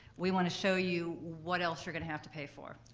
we want to show you what else you're gonna have to pay for.